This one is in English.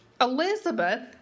Elizabeth